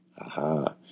Aha